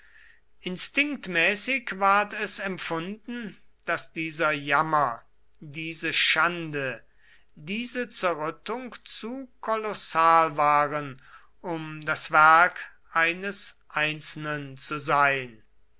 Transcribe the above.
instinktmäßig ward es empfunden daß dieser jammer diese schande diese zerrüttung zu kolossal waren um das werk eines einzelnen zu sein